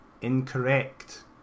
Incorrect